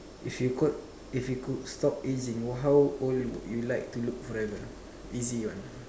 if you could if you could stop ageing how old would like to look forever easy one